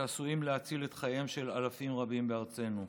שעשויים להציל את חייהם של אלפים רבים בארצנו.